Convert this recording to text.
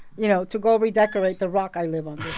you know, to go redecorate the rock i live under